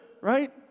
Right